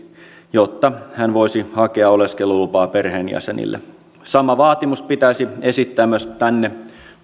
jotta hän voisi hakea oleskelulupaa perheenjäsenille sama vaatimus pitäisi esittää myös tänne